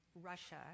Russia